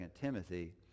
Timothy